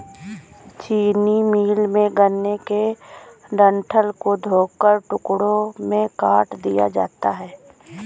चीनी मिल में, गन्ने के डंठल को धोकर टुकड़ों में काट दिया जाता है